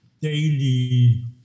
daily